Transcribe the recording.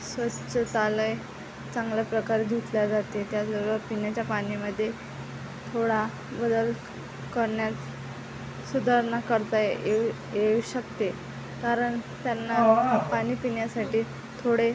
स्वच्छतालय चांगल्याप्रकारे धुतले जाते त्याचबरोबर पिण्याच्या पाण्यामध्ये थोडा बदल करण्यात सुधारणा करता येऊ येऊ शकते कारण त्यांना पाणी पिण्यासाठी थोडे